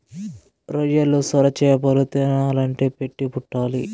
రొయ్యలు, సొరచేపలు తినాలంటే పెట్టి పుట్టాల్ల